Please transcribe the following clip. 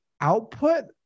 output